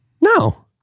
No